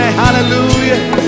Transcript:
hallelujah